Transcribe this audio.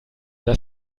das